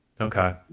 Okay